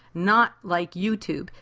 not like youtube.